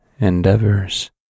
endeavors